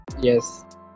Yes